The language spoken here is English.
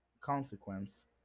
consequence